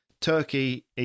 turkey